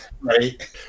Right